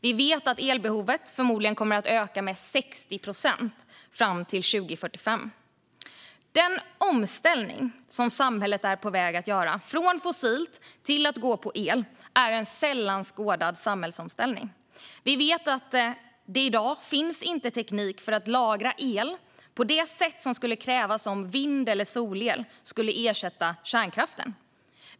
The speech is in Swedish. Vi vet att elbehovet förmodligen kommer att öka med 60 procent fram till 2045. Den samhällsomställning från fossilt till el som vi är på väg att göra är av sällan skådat slag. Vi vet att det i dag inte finns teknik för att lagra el på det sätt som skulle krävas för att vind eller solel skulle kunna ersätta kärnkraften.